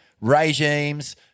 regimes